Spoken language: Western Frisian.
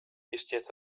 bestiet